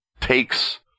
takes